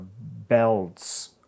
belts